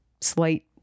slight